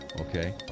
okay